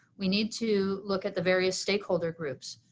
we need to look at the various stakeholder groups.